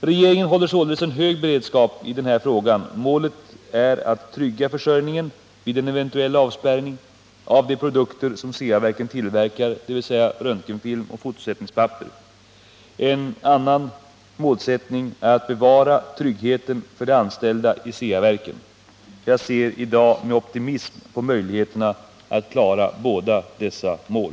Regeringen håller således en hög beredskap i den här frågan. Målet är att trygga försörjningen vid en eventuell avspärrning av de produkter som Ceaverken tillverkar, dvs. röntgenfilm och fotosättningspapper. En annan målsättning är att bevara tryggheten för de anställda i Ceaverken. Jag ser i dag med optimism på möjligheterna att klara båda dessa mål.